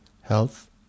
Health